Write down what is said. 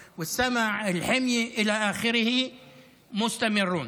מהיום והלאה זה רק דרך משרד הבריאות ובאופן מסודר.